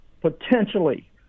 potentially